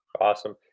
Awesome